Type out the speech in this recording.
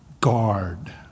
guard